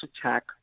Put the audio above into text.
attack